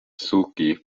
suzuki